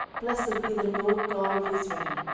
blessed be the lord god of israel,